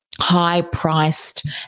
High-priced